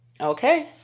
Okay